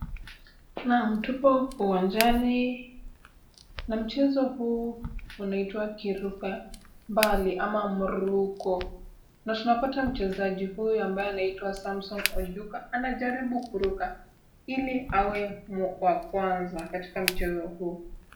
Naam tupo uwanjani. Mchezo huu unaitwa kiruka mbali ama mruko na tunapata mchezaji huyu ambaye anaitwa Samson Ojuka anajaribu kuruka, ili awe wa kwanza katika mchezo huu.